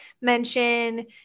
mention